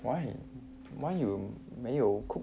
why why you 没有 cook